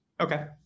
Okay